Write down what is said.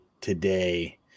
today